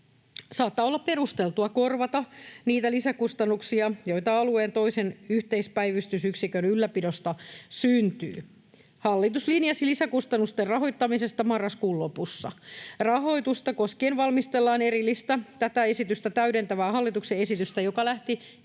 saattaa olla perusteltua korvata niitä lisäkustannuksia, joita alueen toisen yhteispäivystysyksikön ylläpidosta syntyy. Hallitus linjasi lisäkustannusten rahoittamisesta marraskuun lopussa. Rahoitusta koskien valmistellaan erillistä, tätä esitystä täydentävää hallituksen esitystä, joka lähti